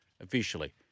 officially